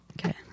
Okay